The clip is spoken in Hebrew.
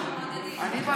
מעודדים.